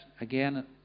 again